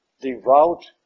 devout